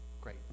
Great